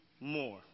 more